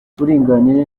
uburinganire